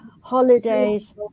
holidays